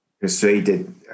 persuaded